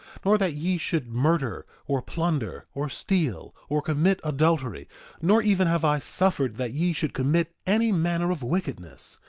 nor that ye should murder, or plunder, or steal, or commit adultery nor even have i suffered that ye should commit any manner of wickedness,